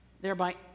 thereby